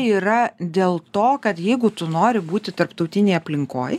yra dėl to kad jeigu tu nori būti tarptautinėj aplinkoj